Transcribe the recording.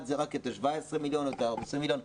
זה רק את ה17 מיליון או את ה20 מיליון.